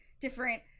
different